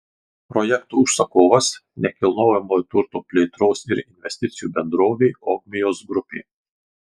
projekto užsakovas nekilnojamojo turto plėtros ir investicijų bendrovė ogmios grupė